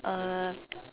uh